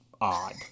odd